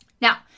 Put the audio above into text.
Now